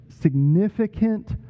significant